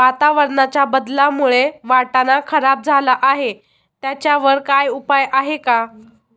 वातावरणाच्या बदलामुळे वाटाणा खराब झाला आहे त्याच्यावर काय उपाय आहे का?